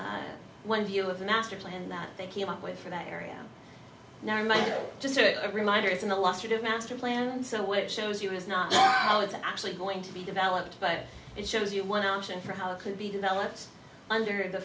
with one view of the master plan that they came up with for that area now mike just a reminder it's in the lawsuit of master plan so which shows you is not how it's actually going to be developed but it shows you one option for how it could be developed under the